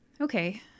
Okay